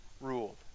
ruled